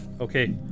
Okay